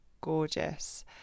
gorgeous